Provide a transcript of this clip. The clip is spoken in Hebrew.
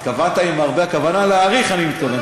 אה, התכוונת אם הרבה, הכוונה להאריך אני מתכוון.